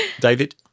David